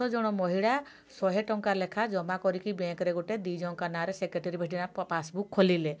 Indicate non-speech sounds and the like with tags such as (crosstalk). ଜଣ ମହିଳା ଶହେ ଟଙ୍କା ଲେଖାଏଁ ଜମା କରିକି ବ୍ୟାଙ୍କରେ ଗୋଟେ ଦୁଇ ଜଣଙ୍କ ନାଁରେ ସେକ୍ରେଟେରୀ (unintelligible) ପାସ୍ବୁକ୍